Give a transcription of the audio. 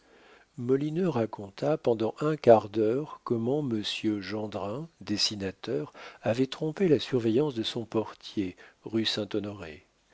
molineux raconta pendant un quart d'heure comment monsieur gendrin dessinateur avait trompé la surveillance de son portier rue